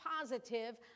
positive